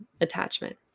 attachment